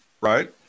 right